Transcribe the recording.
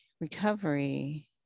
recovery